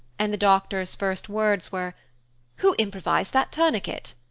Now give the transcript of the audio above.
and the doctor's first words were who improvised that tourniquet?